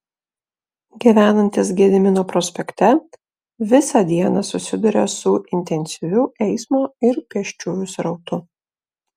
gyvenantys gedimino prospekte visą dieną susiduria su intensyviu eismo ir pėsčiųjų srautu